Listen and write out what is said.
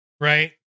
right